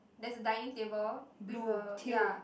there's a dining table with a ya